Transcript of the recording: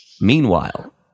Meanwhile